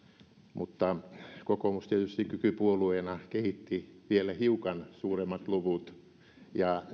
mutta kokoomus tietysti kykypuolueena kehitti vielä hiukan suuremmat luvut ja